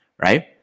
right